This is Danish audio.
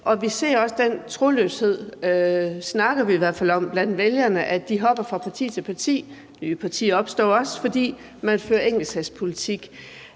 Vi ser også den troløshed – det snakker vi i hvert fald om – blandt vælgerne, altså at de hopper fra parti til parti. Og der opstår også nye partier, fordi man fører enkeltsagspolitik.